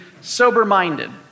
sober-minded